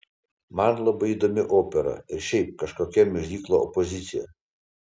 man labai įdomi opera ir šiaip kažkokia miuziklo opozicija